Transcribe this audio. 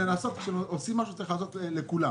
כאשר עושים משהו צריך לעשות לכולם.